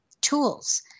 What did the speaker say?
tools